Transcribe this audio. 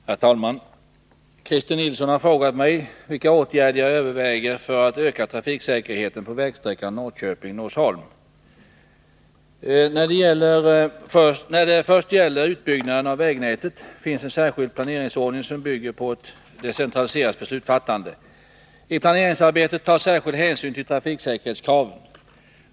Herr talman! Christer Nilsson har frågat mig vilka åtgärder jag överväger för att öka trafiksäkerheten på vägsträckan Norrköping-Norsholm. När det först gäller utbyggnaden av vägnätet finns en särskild planeringsordning som bygger på ett decentraliserat beslutsfattande. I planeringsarbetet tas särskild hänsyn till trafiksäkerhetskraven.